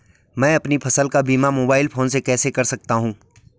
मैं अपनी फसल का बीमा मोबाइल फोन से कैसे कर सकता हूँ?